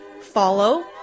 follow